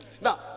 Now